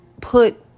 put